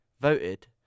voted